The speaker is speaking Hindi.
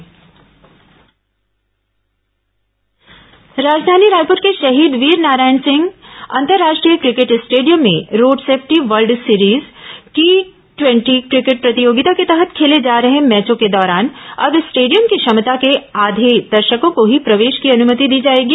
रोड सेफ्टी क्रिकेट टूर्नामेंट राजधानी रायपुर के शहीद वीरनारायण सिंह अंतर्राष्ट्रीय क्रिकेट स्टेडियम में road safety world series T ट्वेटी क्रिकेट प्रतियोगिता के तहत खेले जा रहे मैचों के दौरान अब स्टेडियम की क्षमता के आधे दर्शकों को ही प्रवेश की अनुमति दी जाएगी